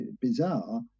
bizarre